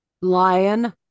Lion